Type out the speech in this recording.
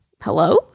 Hello